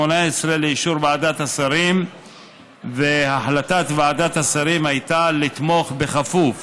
לאישור ועדת השרים והחלטת ועדת השרים הייתה לתמוך בכפוף: